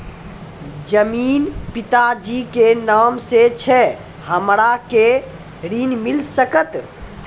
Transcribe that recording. जमीन पिता जी के नाम से छै हमरा के ऋण मिल सकत?